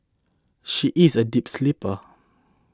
she is a deep sleeper